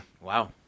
Wow